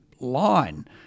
line